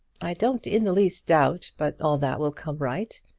i don't in the least doubt but all that will come right.